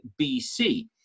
BC